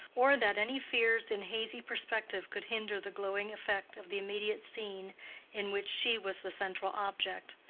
or that any fears in hazy perspective could hinder the glowing effect of the immediate scene in which she was the central object.